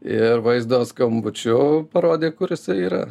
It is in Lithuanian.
ir vaizdo skambučiu parodė kur jisai yra